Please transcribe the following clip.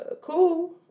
cool